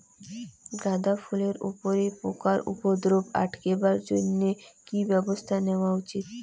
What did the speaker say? গাঁদা ফুলের উপরে পোকার উপদ্রব আটকেবার জইন্যে কি ব্যবস্থা নেওয়া উচিৎ?